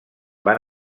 van